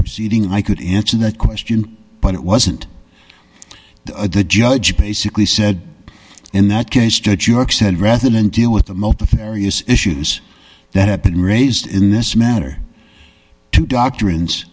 proceeding and i could answer that question but it wasn't a the judge basically said in that case judge york said rather than deal with the multifarious issues that have been raised in this matter to doctrines